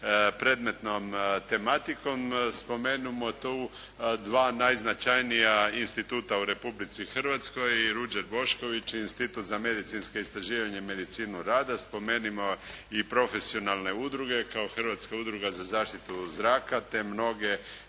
predmetnom tematikom. Spomenimo tu dva najznačajnija instituta u Republici Hrvatskoj, "Ruđer Bošković" i Institut za medicinska istraživanja i medicinu rada. Spomenimo i profesionalne udruge kao Hrvatska udruga za zaštitu zraka te mnoge